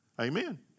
Amen